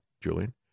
Julian